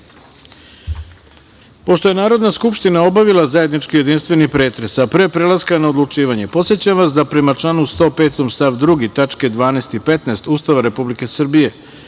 je Narodna skupština obavila zajednički jedinstveni pretres, a pre prelaska na odlučivanje, podsećam vas da, prema članu 105. stav 2. tačke 12. i 15. Ustava Republike Srbije